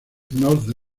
nord